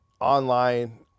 online